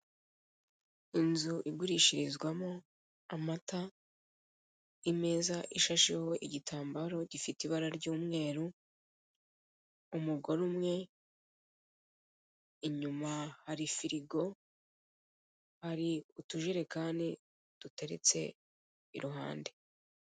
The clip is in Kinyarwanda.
Inzu igurishirizwamo amata, imeza ishashiho igitambaro gifite ibara ry'umweru, umugore umwe, inyuma hari firigo, hari utujerekani duteriretse iruhande.